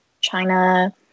China